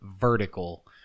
vertical